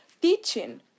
teaching